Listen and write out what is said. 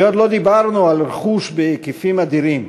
ועוד לא דיברנו על רכוש בהיקפים אדירים,